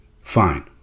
Fine